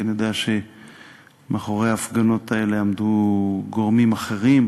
כי אני יודע שמאחורי ההפגנות האלה עמדו גורמים אחרים